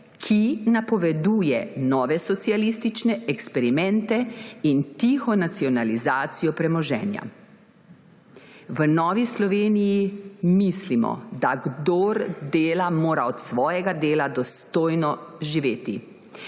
ki napoveduje nove socialistične eksperimente in tiho nacionalizacijo premoženja. V Novi Sloveniji mislimo, da kdor dela, mora od svojega dela dostojno živeti,